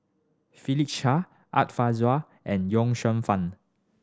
Philip Chia Art Fazil and Ye Shufang